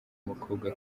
mukobwa